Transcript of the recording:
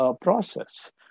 Process